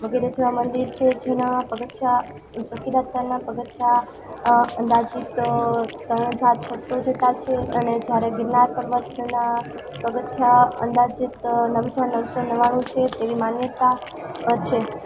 વગેરે જેવા મંદિર છે જેના પગથિયાં સખીદાતાના પગથિયા અંદાજીત ત્રણ હજાર છસો જેટલા છે અને જ્યારે ગીરનાર પર્વતના પગથિયા અંદાજીત નવ હજાર નવસો નવ્વાણું છે તેવી માન્યતા છે